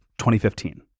2015